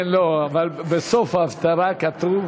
בסוף ההפטרה כתוב